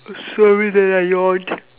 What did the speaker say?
sorry that I yawned